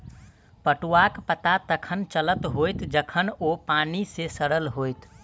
पटुआक पता तखन चलल होयत जखन ओ पानि मे सड़ल होयत